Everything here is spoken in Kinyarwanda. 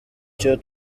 cyo